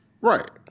Right